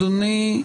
אדוני,